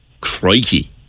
Crikey